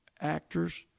actors